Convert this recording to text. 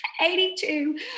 82